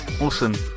Awesome